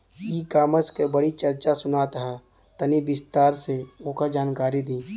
ई कॉमर्स क बड़ी चर्चा सुनात ह तनि विस्तार से ओकर जानकारी दी?